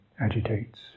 agitates